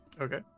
Okay